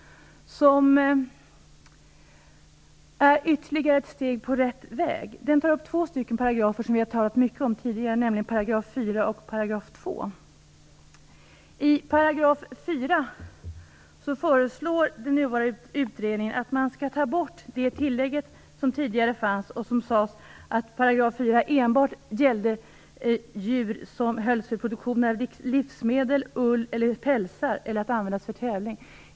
Den innebär ytterligare ett steg på rätt väg. I den tas två paragrafer som vi har talat mycket om upp, nämligen 4 § och 2 §. I 4 § föreslår den nuvarande utredningen att man skall ta bort det tillägg som tidigare fanns och där det sades att 4 § gällde enbart djur som används för produktion av livsmedel, ull och pälsar eller djur som används för tävling.